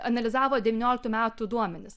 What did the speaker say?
analizavo devynioliktų metų duomenis